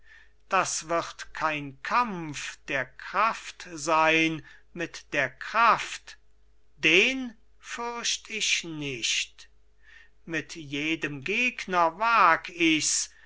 das wird kein kampf der kraft sein mit der kraft den fürcht ich nicht mit jedem gegner wag ichs